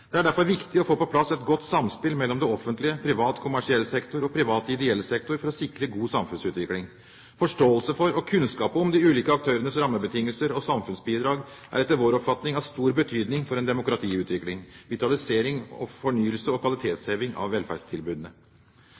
Det er derfor viktig å få på plass et godt samspill mellom det offentlige, privat kommersiell sektor og privat ideell sektor for å sikre god samfunnsutvikling. Forståelse for og kunnskap om de ulike aktørenes rammebetingelser og samfunnsbidrag er etter vår oppfatning av stor betydning for demokratiutvikling, vitalisering, fornyelse og kvalitetsheving av velferdstilbudene.